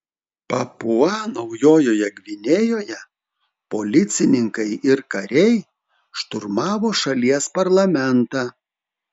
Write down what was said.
papua naujojoje gvinėjoje policininkai ir kariai šturmavo šalies parlamentą